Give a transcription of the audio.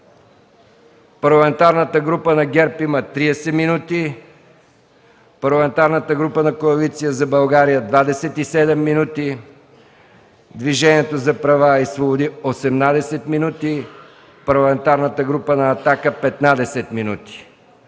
Парламентарната група на ГЕРБ има 30 минути; Парламентарната група на Коалиция за България –27 минути; Движението за права и свободи – 18 минути, Парламентарната група на „Атака” – 15 минути.